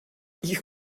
you